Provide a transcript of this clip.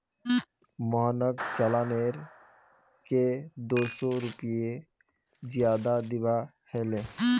मोहनक चालानेर के दो सौ रुपए ज्यादा दिबा हले